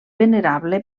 venerable